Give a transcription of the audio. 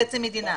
חצי מדינה.